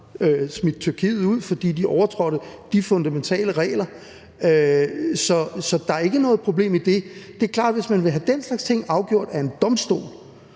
smidt Tyrkiet ud, fordi de overtrådte de fundamentale regler. Så der er ikke noget problem i det. Det er klart, at hvis man vil have den slags ting afgjort af en domstol,